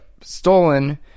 stolen